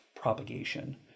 propagation